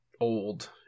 old